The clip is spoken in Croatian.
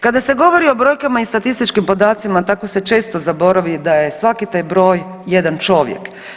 Kada se govori o brojkama i statističkim podacima tako se često zaboravi da je svaki taj broj jedan čovjek.